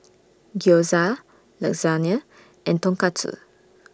Gyoza Lasagne and Tonkatsu